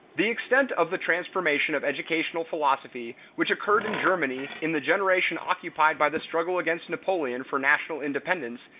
the extent of the transformation of educational philosophy which occurred in germany in the generation occupied by the struggle against napoleon for national independence,